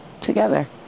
together